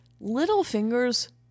Littlefinger's